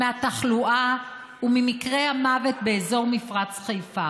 מהתחלואה וממקרי המוות באזור מפרץ חיפה,